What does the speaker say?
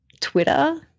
Twitter